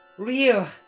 Real